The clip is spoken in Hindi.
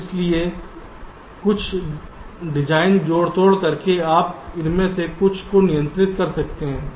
इसलिए कुछ डिज़ाइन जोड़तोड़ करके आप इनमें से कुछ को नियंत्रित कर सकते हैं